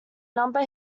number